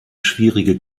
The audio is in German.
schwierige